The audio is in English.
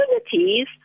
opportunities